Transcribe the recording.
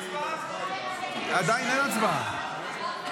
עדיין אין הצבעה.